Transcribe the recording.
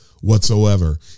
whatsoever